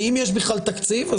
ואם יש בכלל תקציב,